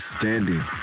standing